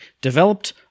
Developed